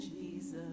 Jesus